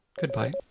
Goodbye